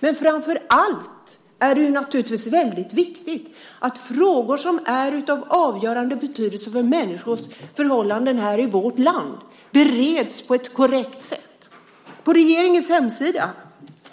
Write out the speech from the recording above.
Men framför allt är det viktigt att frågor som är av avgörande betydelse för människors förhållanden i vårt land bereds på ett korrekt sätt.